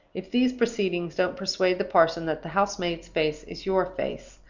if these proceedings don't persuade the parson that the house-maid's face is your face,